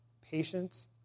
patience